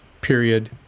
period